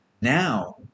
Now